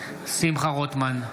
שמחה רוטמן,